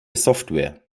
software